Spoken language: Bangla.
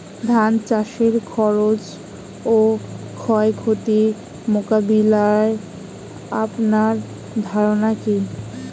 ধান চাষের খরচ ও ক্ষয়ক্ষতি মোকাবিলায় আপনার ধারণা কী?